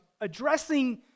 addressing